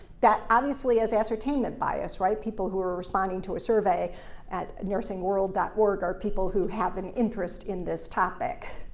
that obviously is ascertained by us, right? people who are responding to a survey at nursingworld dot org are people who have an interest in this topic.